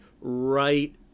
right